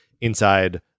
inside